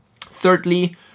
thirdly